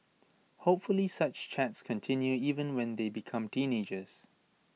hopefully such chats continue even when they become teenagers